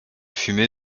fumée